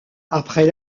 après